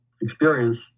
experience